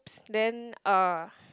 then uh